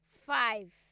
five